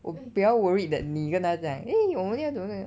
我比较 worried that 你跟他讲 eh 我们要怎么怎么